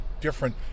different